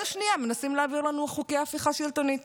השנייה מנסים להעביר לנו חוקי הפיכה שלטונית.